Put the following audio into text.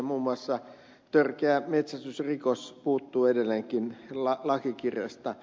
muun muassa törkeä metsästysrikos puuttuu edelleenkin lakikirjasta